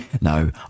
No